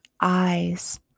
eyes